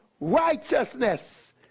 righteousness